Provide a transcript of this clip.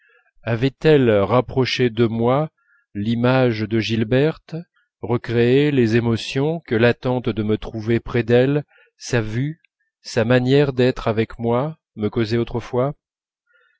avait-elle rapproché de moi l'image de gilberte recréé les émotions que l'attente de me trouver près d'elle sa vue sa manière d'être avec moi me causaient autrefois